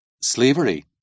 Slavery